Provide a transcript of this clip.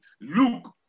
Look